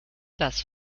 das